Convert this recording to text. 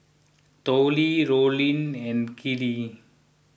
Tollie Rollin and Keely